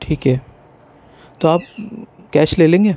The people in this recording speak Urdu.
ٹھیک ہے تو آپ کیش لے لیں گے